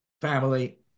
family